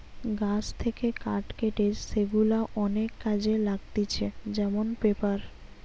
গাছ থেকে কাঠ কেটে সেগুলা অনেক কাজে লাগতিছে যেমন পেপার